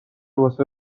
واسه